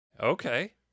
Okay